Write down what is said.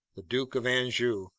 the duke of anjou,